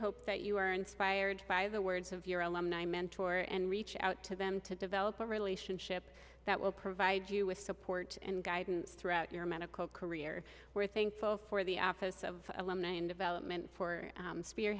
hope that you are inspired by the words of your alumni mentor and reach out to them to develop a relationship that will provide you with support and guidance throughout your medical career we're thankful for the opposite of alumni in development for